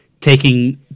taking